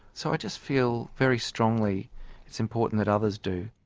so i just feel very strongly it's important that others do.